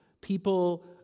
people